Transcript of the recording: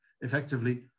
effectively